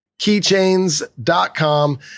keychains.com